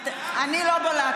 את יכולה,